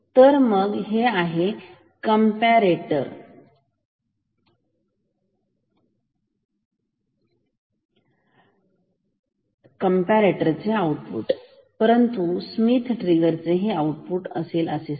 तर मग हे आहे कॅम्पारेटरचे आउटपुट साधारण कॅम्पारेटर चे परंतु स्मिथ ट्रिगर चे आउटपुट कसे असेल